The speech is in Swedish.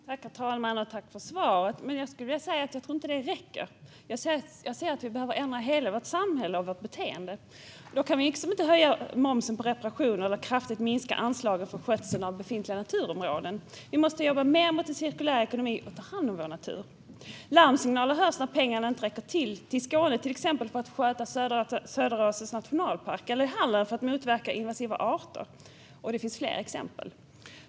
Herr talman! Tack, statsrådet, för svaret! Jag tror inte att det räcker. Jag ser att vi behöver ändra hela vårt samhälle och vårt beteende. Då kan vi inte höja momsen på reparationer eller kraftigt minska anslagen för skötsel av befintliga naturområden. Vi måste jobba mer mot en cirkulär ekonomi och ta hand om vår natur. Larmsignaler hörs när pengarna inte räcker till, till exempel i Skåne för att sköta Söderåsens nationalpark och i Halland för att motverka invasiva arter. Det finns fler exempel.